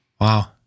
Wow